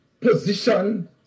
position